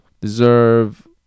deserve